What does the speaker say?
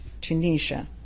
Tunisia